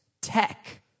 tech